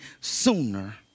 sooner